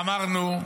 ואמרנו: